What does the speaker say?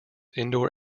indoor